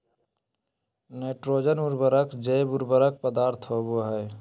nitrogen उर्वरक जैव उर्वरक पदार्थ होबो हइ